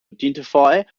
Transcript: identify